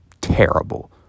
terrible